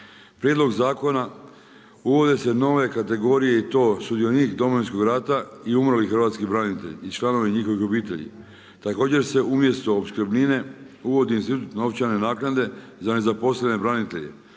Prijedlog zakona, uvode se nove kategorije i to sudionik Domovinskog rata i umrli hrvatski branitelj i članovi njihove obitelji. Također se umjesto opskrbnine uvodi institut novčane naknade za nezaposlene branitelje.